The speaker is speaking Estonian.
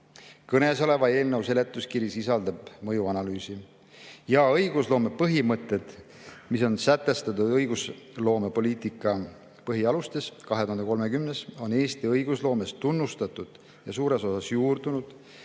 Kõnesoleva eelnõu seletuskiri sisaldab mõjuanalüüsi. Ja õigusloome põhimõtted, mis on sätestatud "Õigusloomepoliitika põhialustes aastani 2030", on Eesti õigusloomes tunnustatud ja suures osas juurdunud,